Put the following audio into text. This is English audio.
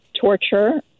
torture